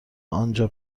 آنجا